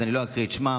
אז אני לא אקריא את שמם.